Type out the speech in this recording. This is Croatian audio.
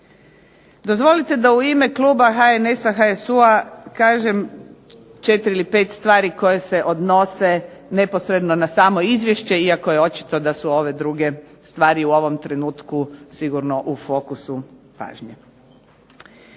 Dozvolite da u ime kluba HNS-a, HSU-a kažem 4 ili 5 stvari koje se odnose neposredno na samo Izvješće, iako je očito da su ove druge stvari u ovom trenutku sigurno u fokusu pažnje.